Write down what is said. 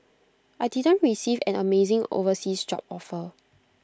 I didn't receive an amazing overseas job offer